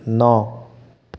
नौ